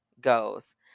goes